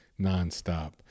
nonstop